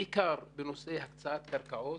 בהיבט של הפחתת נטל בירוקרטי,